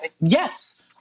yes